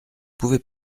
pouvez